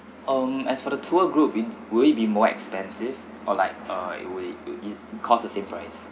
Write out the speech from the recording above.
um as for the tour group it will it be more expensive or like uh it will its cost the same price